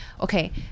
Okay